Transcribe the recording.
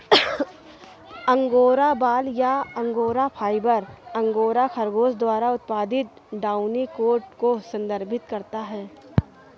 angora बाल या angora fibre, angora खरगोश द्वारा उत्पादित डाउनी कोट को संदर्भित करता है